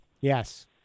Yes